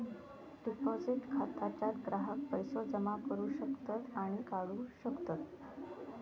deposit खाता ज्यात ग्राहक पैसो जमा करू शकतत आणि काढू शकतत